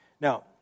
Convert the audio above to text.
Now